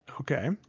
Okay